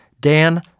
Dan